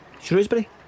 Shrewsbury